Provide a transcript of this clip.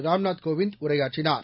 ராம்நாத் கோவிந்த் உரையாற்றினார்